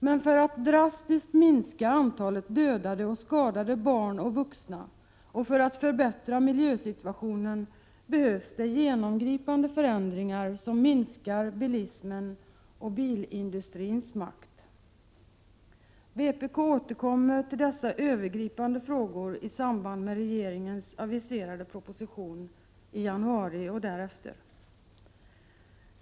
Men för att drastiskt minska antalet dödade och skadade barn och vuxna och för att förbättra miljösituationen behövs det genomgripande förändringar, som minskar bilismen och bilindustrins makt. Vpk återkommer till dessa övergripande frågor i samband med regeringens aviserade proposition i januari, och därefter.